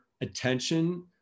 attention